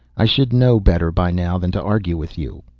i should know better by now than to argue with you.